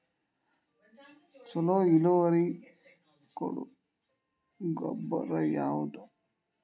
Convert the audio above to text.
ಛಲೋ ಇಳುವರಿ ಕೊಡೊ ಗೊಬ್ಬರ ಯಾವ್ದ್?